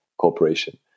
corporation